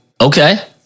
Okay